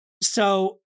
So-